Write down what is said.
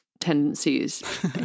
tendencies